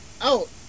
out